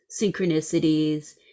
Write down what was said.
synchronicities